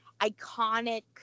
iconic